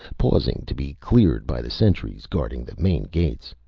pausing to be cleared by the sentries guarding the main gates.